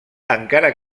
encara